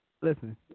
Listen